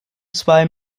zwei